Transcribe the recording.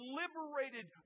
liberated